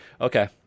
Okay